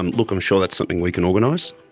and look, i'm sure that's something we can organize.